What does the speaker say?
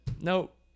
nope